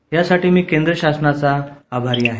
यासाठी मी केंद्र सरकारचा आभारी आहे